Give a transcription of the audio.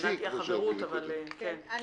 אני